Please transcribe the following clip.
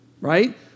right